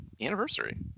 anniversary